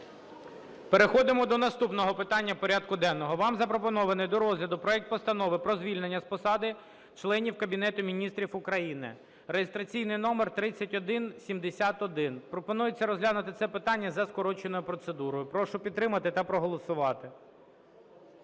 Переходимо до наступного питання порядку денного. Вам запропонований до розгляду проект Постанови про звільнення з посади членів Кабінету Міністрів України (реєстраційний номер 3171). Пропонується розглянути це питання за скороченою процедурою. Прошу підтримати та проголосувати.